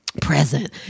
present